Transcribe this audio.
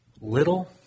Little